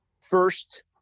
first